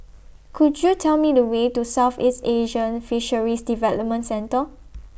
Could YOU Tell Me The Way to Southeast Asian Fisheries Development Centre